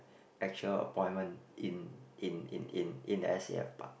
actual appointment in in in in in the s_a_f part